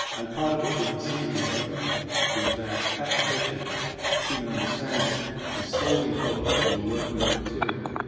and part of what we perceive in great art is that application of human understanding in solving problems and in working with material.